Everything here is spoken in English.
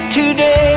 today